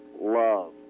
love